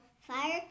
fire